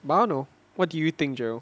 but I don't know what do you think jarrell